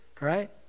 right